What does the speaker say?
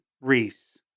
Reese